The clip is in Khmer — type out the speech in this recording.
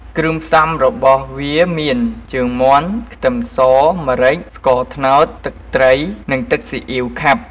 គ្រឿងផ្សំរបស់វាមាន ជើងមាន់ ខ្ទឹមស ម្រេច ស្ករត្នោត ទឹកត្រី និងទឹកស៊ីអ៉ីវខាប់។